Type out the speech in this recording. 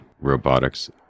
robotics